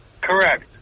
Correct